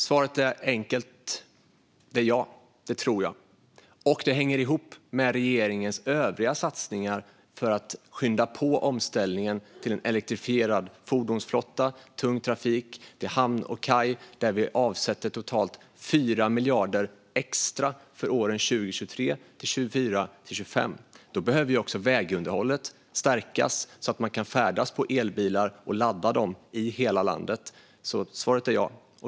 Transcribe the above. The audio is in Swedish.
Herr talman! Svaret är enkelt: Ja, det tror jag. Och det hänger ihop med regeringens övriga satsningar för att skynda på omställningen till en elektrifierad fordonsflotta, tung trafik till hamn och kaj, där vi avsätter totalt 4 miljarder extra för åren 2023-2025. Då behöver också vägunderhållet stärkas så att man kan färdas med elbilar och ladda dem i hela landet. Svaret är ja.